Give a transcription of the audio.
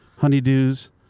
Honeydews